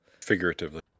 figuratively